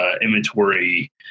inventory